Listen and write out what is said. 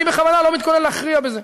אני בכוונה לא מתכונן להכריע בזה,